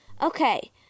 Okay